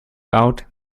out